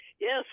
yes